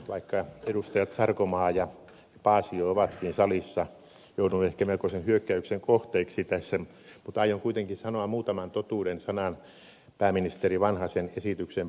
vaikka edustajat sarkomaa ja paasio ovatkin salissa joudun ehkä melkoisen hyökkäyksen kohteeksi tässä aion kuitenkin sanoa muutaman totuuden sanan pääministeri vanhasen esityksen puolesta